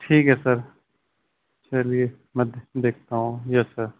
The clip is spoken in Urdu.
ٹھیک ہے سر چلیے میں دیکھتا ہوں یس سر